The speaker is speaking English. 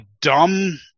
dumb –